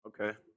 Okay